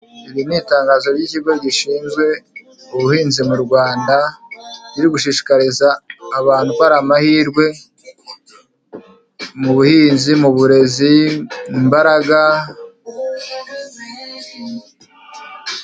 Iri ni itangazo ry'ikigo hishinzwe ubuhinzi mu Rwanda riri gushishikariza abantu ko hari amahirwe mu buhinzi, mu burezi imbaraga.